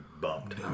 bumped